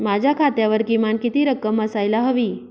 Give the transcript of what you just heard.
माझ्या खात्यावर किमान किती रक्कम असायला हवी?